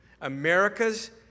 America's